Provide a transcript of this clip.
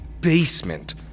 basement